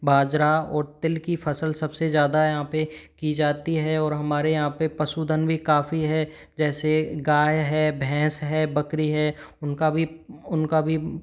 बाजरा और तिल की फसल सबसे ज़्यादा यहाँ पर की जाती हैं और हमारे यहाँ पर पशुधन भी काफ़ी है जैसे गाय है भैंस है बकरी है उनका भी उनका भी